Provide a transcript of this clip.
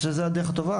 זוהי הדרך הטובה.